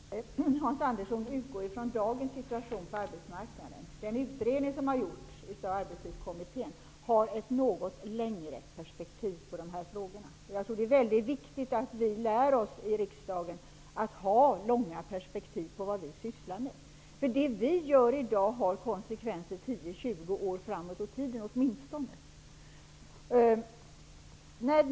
Herr talman! Hans Andersson utgår från dagens situation på arbetsmarknaden. Den utredning som har gjorts av arbetstidskommittén har ett längre perspektiv på de här frågorna. Jag tror att det är väldigt viktigt att vi lär oss i riksdagen att ha långa perspektiv på vad vi sysslar med, för det vi gör i dag har konsekvenser 10--20 år framåt i tiden åtminstone.